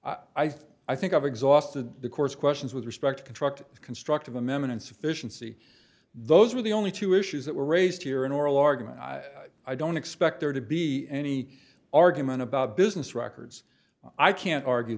think i think i've exhausted the court's questions with respect to construct a construct of amendment and sufficiency those are the only two issues that were raised here in oral argument i don't expect there to be any argument about business records i can't argue